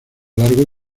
largo